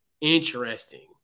interesting